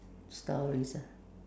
stories ah